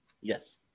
Yes